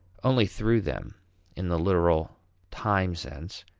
only through them in the literal time sense,